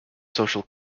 social